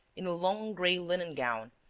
in a long gray linen gown,